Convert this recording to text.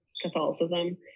Catholicism